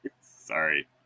Sorry